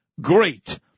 great